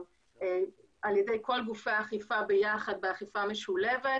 על ידי כל גופי האכיפה ביחד באכיפה משולבת,